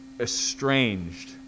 estranged